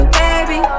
baby